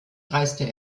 reiste